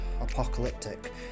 apocalyptic